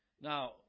Now